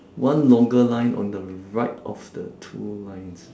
one longer line on the right of the two lines